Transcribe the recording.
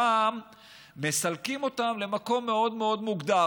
הפעם מסלקים אותם למקום מאוד מאוד מוגדר: